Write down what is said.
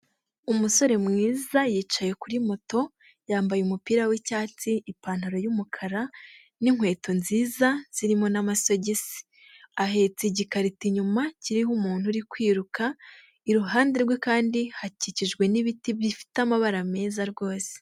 Umusore mwiza yicaye kuri moto, yambaye umupira w'icyatsi, ipantaro y'umukara n'inkweto nziza zirimo n'amasogisi, ahetse igikarito inyuma kiriho umuntu uri kwiruka, iruhande rwe kandi hakikijwe n'ibiti bifite amabara meza rwose.